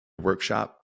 workshop